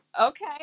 Okay